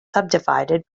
subdivided